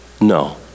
no